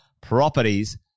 properties